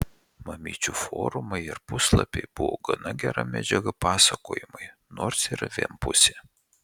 mamyčių forumai ir puslapiai buvo gana gera medžiaga pasakojimui nors ir vienpusė